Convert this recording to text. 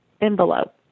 envelope